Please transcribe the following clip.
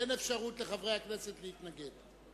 אין אפשרות לחברי הכנסת להתנגד.